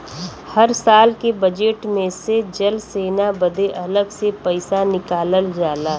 हर साल के बजेट मे से जल सेना बदे अलग से पइसा निकालल जाला